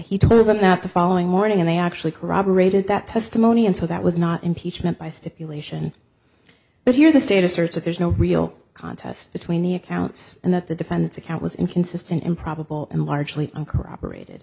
he took them out the following morning and they actually corroborated that testimony and so that was not impeachment by stipulation but here the state asserts of there's no real contest between the accounts and that the defendant's account was inconsistent improbable and largely uncorroborated